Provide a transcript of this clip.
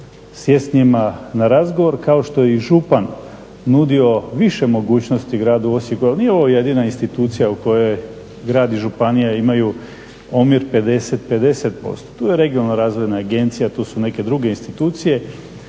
sjesti s njima na razgovor kao što je i župan nudio više mogućnosti gradu Osijeku ali nije ovo jedina institucija u kojoj grad i županija imaju omjer 50:50. Tu je regionalna razvojna agencija, tu su neke druge institucije